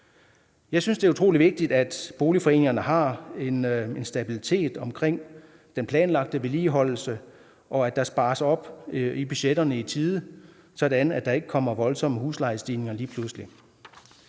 Jeg synes, det er utrolig vigtigt, at boligforeningerne har en stabilitet omkring den planlagte vedligeholdelse, og at der spares op i budgetterne i tide, sådan at der ikke kommer voldsomme huslejestigninger lige pludselig.